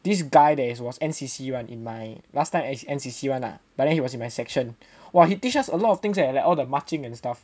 this guy that is was N_C_C [one] in my last time N_C_C [one] lah but then he was in my section !wah! he teach us a lot of things eh like all the marching and stuff